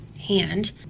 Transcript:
hand